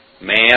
Man